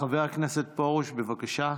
חבר הכנסת פרוש, בבקשה.